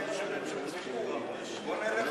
אם יש איזה סיכוי, בוא נלך